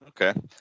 Okay